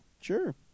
Sure